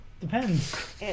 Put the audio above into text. Depends